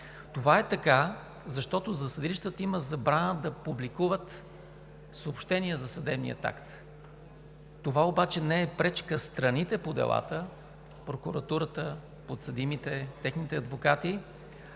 Това е така, защото за съдилищата има забрана да публикуват съобщения за съдебния акт. Това обаче не е пречка страните по делата – прокуратурата, подсъдимите, техните адвокати,